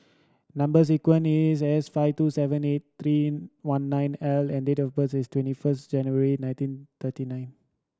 number sequence is S five two seven eight three one nine L and the date of birth is twenty first January nineteen thirty nine